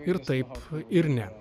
ir taip ir ne